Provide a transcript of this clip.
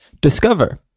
discover